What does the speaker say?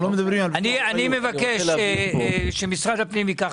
אני מבקש שמשרד הפנים יבדוק